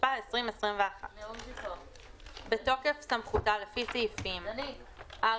התשפ"א 2021. בתוקף סמכותה לפי סעיפים 4,